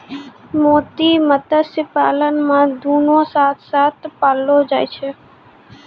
मोती मत्स्य पालन मे दुनु साथ साथ पाललो जाय छै